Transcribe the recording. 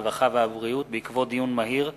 הרווחה והבריאות בעקבות דיון מהיר בנושא: